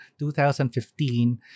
2015